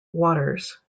waters